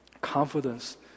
confidence